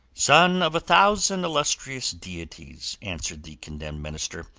son of a thousand illustrious deities, answered the condemned minister,